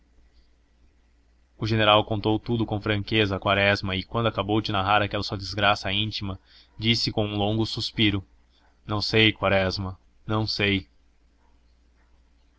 o general contou tudo com franqueza a quaresma e quando acabou de narrar aquela sua desgraça íntima disse com um longo suspiro não sei quaresma não sei